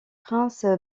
prince